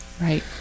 right